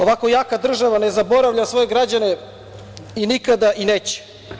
Ovako jaka država ne zaboravlja svoje građane i nikada i neće.